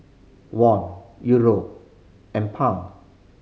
Won Euro and Pound